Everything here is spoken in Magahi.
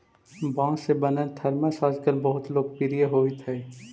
बाँस से बनल थरमस आजकल बहुत लोकप्रिय होवित हई